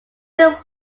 simply